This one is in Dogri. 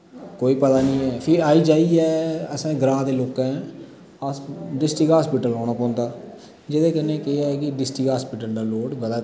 कोई पता नि ऐ फ्ही आई जाइयै असें ग्रां दे लोके अस डिस्ट्रिक्ट हास्पिटल जाना पौंदा जेह्दे कन्नै केह् ऐ की डिस्ट्रिक्ट हास्पिटल दा लोड बद्धा करदा